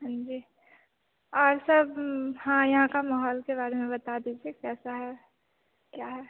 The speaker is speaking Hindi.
हाँ और सब हाँ यहाँ के माहौल के बारे में बता दीजिए कैसा है क्या है